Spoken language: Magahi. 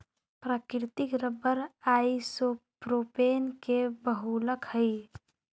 प्राकृतिक रबर आइसोप्रोपेन के बहुलक हई